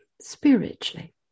spiritually